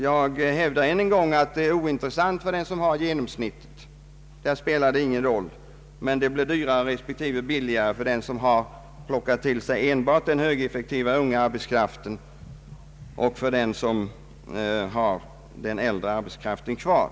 Jag hävdar än en gång att den föreslagna ordningen är ointressant för den arbetsgivare vars arbetsstyrka har en genomsnittsålder som överensstämmer med åldersgenomsnittet på arbetsmarknaden, men det blir dyrare för den som har plockat till sig enbart den högeffektiva yngre arbetskraften och billigare för den som har den äldre arbetskraften kvar.